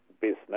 business